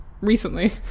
recently